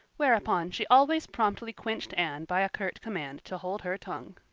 whereupon she always promptly quenched anne by a curt command to hold her tongue.